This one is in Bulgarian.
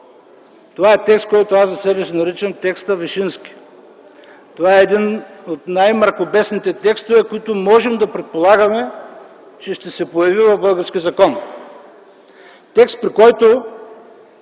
това е текст, който аз за себе си наричам „текстът Вишински”. Това е един от най-мракобесните текстове, които можем да предполагаме, че ще се появи в български закон, текст, при който